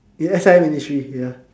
eh S_I_M here